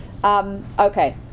Okay